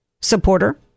supporter